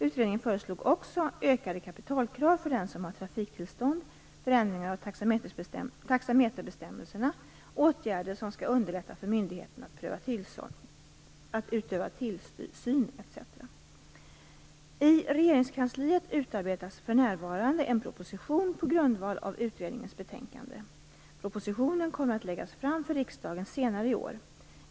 Utredningen föreslog också ökade kapitalkrav för den som har trafiktillstånd, förändringar av taxameterbestämmelserna, åtgärder som skall underlätta för myndigheterna att utöva tillsyn etc. I Regeringskansliet utarbetas för närvarande en proposition på grundval av utredningens betänkande. Propositionen kommer att läggas fram för riksdagen senare i år.